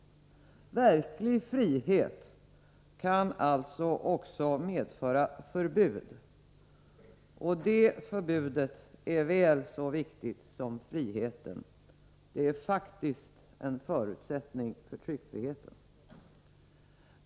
Verklig frihet kan alltså också medföra förbud. Det förbudet är väl så viktigt som friheten. Det är faktiskt en förutsättning för tryckfriheten.